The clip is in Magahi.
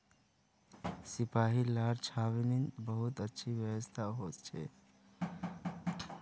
सिपाहि लार छावनीत बहुत अच्छी व्यवस्था हो छे